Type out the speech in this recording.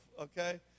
okay